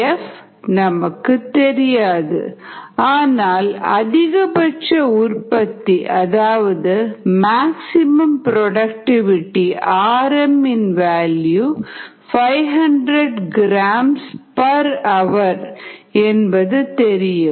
F நமக்குதெரியாது ஆனால் அதிகபட்ச உற்பத்தி அதாவது மேக்ஸிமம் புரோடக்டிவிடி Rm 500ghour என்பது தெரியும்